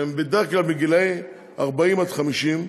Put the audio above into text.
שהם בדרך כלל בגילאי 40 50,